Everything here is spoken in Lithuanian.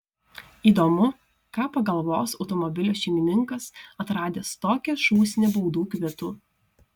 įdomu ką pagalvos automobilio šeimininkas atradęs tokią šūsnį baudų kvitų